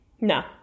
No